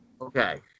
Okay